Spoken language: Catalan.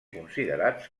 considerats